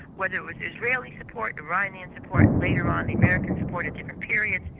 where there was israeli support, iranian support, later on the american support at different periods,